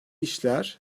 işler